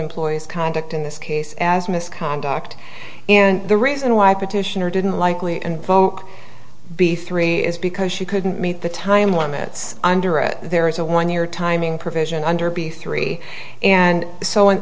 employees conduct in this case as misconduct and the reason why petitioner didn't likely and vote be three is because she couldn't meet the time limits under a there is a one year timing provision under b three and so